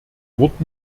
wort